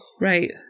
Right